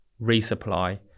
resupply